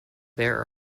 there